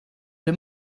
ble